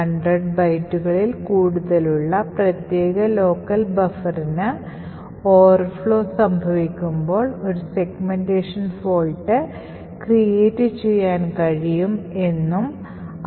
100 ബൈറ്റുകളിൽ കൂടുതലുള്ള പ്രത്യേക ലോക്കൽ ബഫറിന് Overflow സംഭവിക്കുമ്പോൾ ഒരു സെഗ്മെൻറേഷൻ fault സൃഷ്ടിക്കാൻ ചെയ്യാൻ കഴിയും എന്ന് നമ്മൾ കണ്ടു